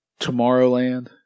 Tomorrowland